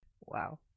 Wow